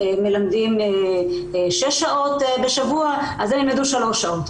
מלמדים שש שעות בשבוע אז הם ילמדו שלוש שעות.